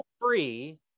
free